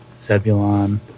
Zebulon